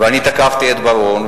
ואני תקפתי את בר-און,